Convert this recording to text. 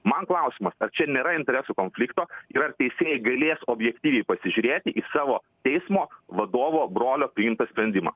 man klausimas ar čia nėra interesų konflikto ir ar teisėjai galės objektyviai pasižiūrėti į savo teismo vadovo brolio priimtą sprendimą